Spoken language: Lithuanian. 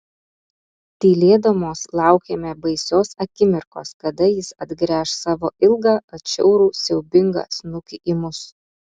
tylėdamos laukėme baisios akimirkos kada jis atgręš savo ilgą atšiaurų siaubingą snukį į mus